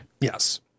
Yes